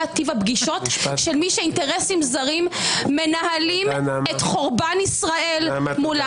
טיב הפגישות של מי שאינטרסים זרים מנהלים את חורבן ישראל מולם.